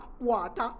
water